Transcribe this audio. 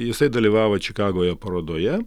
jisai dalyvavo čikagoje parodoje